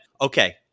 Okay